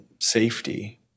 safety